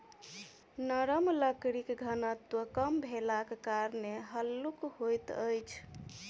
नरम लकड़ीक घनत्व कम भेलाक कारणेँ हल्लुक होइत अछि